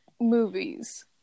movies